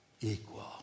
equal